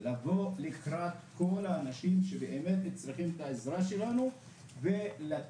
לבוא לקראת כל האנשים שבאמת צריכים את העזרה שלנו ולתת